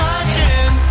again